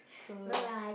so